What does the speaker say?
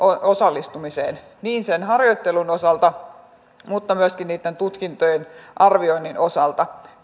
osallistumiseen niin sen harjoittelun osalta mutta myöskin niitten tutkintojen arvioinnin osalta